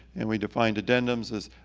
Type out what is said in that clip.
and we defined addendums as,